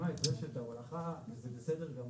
חברת נתג"ז היא חברה מצוינת שמקימה את רשת ההולכה וזה בסדר גמור,